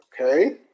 Okay